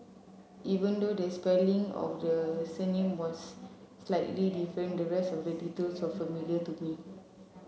even though the spelling of the surname was slightly different the rest of the details familiar to me